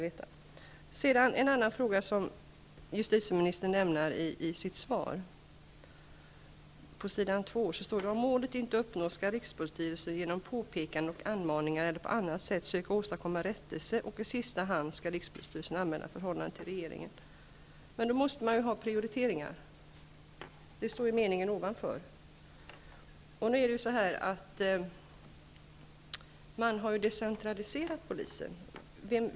I sitt svar sade justitieministern: ''Om målen inte uppnås skall rikspolisstyrelsen genom påpekanden och anmaningar eller på annat sätt söka åstadkomma rättelse, och i sista hand skall rikspolisstyrelsen anmäla förhållandet till regeringen.'' Men då måste man ju göra prioriteringar. Det sades i meningen innan. Polisen har blivit decentraliserad.